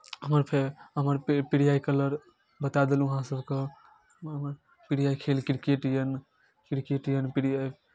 हमर फेव हमर प्रिय कलर बता देलहुँ अहाँ सभके प्रिय खेल क्रिकेट यए क्रिकेट यए प्रिय